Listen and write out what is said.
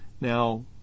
Now